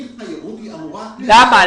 למה?